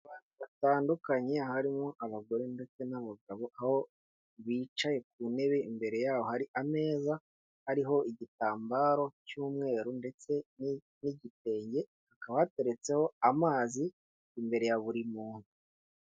Abantu batandukanye harimo abagore ndetse n'abagabo, aho bicaye ku ntebe imbere yaho hari ameza, ariho igitambaro cy'umweru ndetse n'igitenge, hakaba hateretseho amazi imbere ya buri muntu.